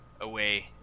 away